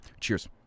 Cheers